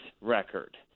record